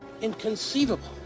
Inconceivable